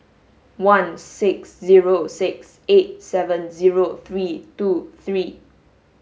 one six zero six eight seven zero three two three